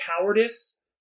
cowardice